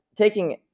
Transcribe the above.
Taking